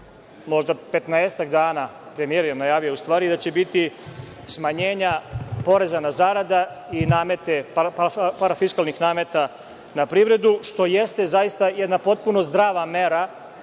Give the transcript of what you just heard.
možda petnaestak dana, premijer je najavio u stvari da će biti smanjenja poreza na zarade i parafiskalne namete na privredu, što jeste zaista jedna potpuno zdrava mera